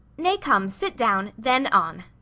nay, come, sit down then on.